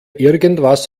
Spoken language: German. irgendwas